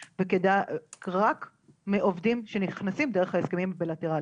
ורק מעובדים שנכנסים דרך ההסכמים הבילטרליים.